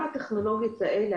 הטכנולוגיות האלה,